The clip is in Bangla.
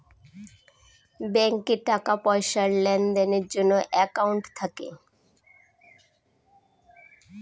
ব্যাঙ্কে টাকা পয়সার লেনদেনের জন্য একাউন্ট থাকে